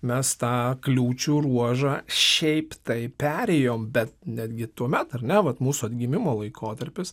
mes tą kliūčių ruožą šiaip taip perėjom bet netgi tuomet ar ne vat mūsų atgimimo laikotarpis